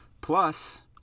plus